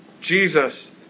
Jesus